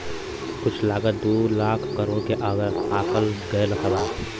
कुल लागत दू लाख करोड़ के आकल गएल बा